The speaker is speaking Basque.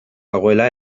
dagoela